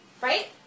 Right